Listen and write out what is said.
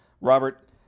Robert